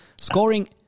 Scoring